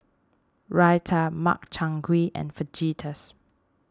Raita Makchang Gui and Fajitas